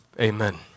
amen